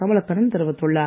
கமலக்கண்ணன் தெரிவித்துள்ளார்